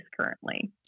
currently